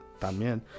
también